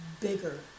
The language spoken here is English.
bigger